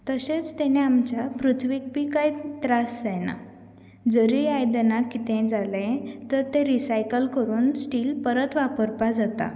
तशेंच तेणे आमच्या पृथ्वीक बी कांय त्रास जायना जरय आयदनां कितेंय जालें तर तें रिसायकल करून तें परत वापरपा जाता